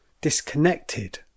disconnected